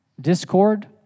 discord